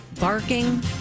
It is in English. Barking